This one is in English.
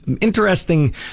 Interesting